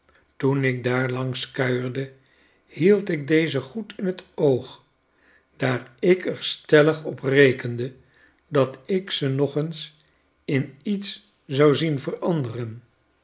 toen ik daar langs kuierde hield ik deze goed in t oog daar ik er stellig op rekende dat ik ze nog eens in iets zou zien veranderen